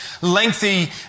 lengthy